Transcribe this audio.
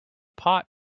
pot